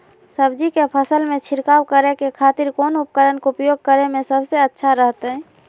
सब्जी के फसल में छिड़काव करे के खातिर कौन उपकरण के उपयोग करें में सबसे अच्छा रहतय?